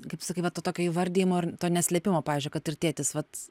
kaip sakai va tokio įvardijimo ir to neslėpimo pavyzdžiui kad ir tėtis vat